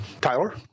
Tyler